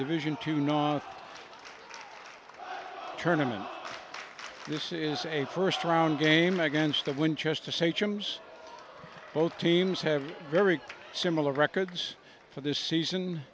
division two non tournaments this is a first round game against the winchester say charms both teams have very similar records for this season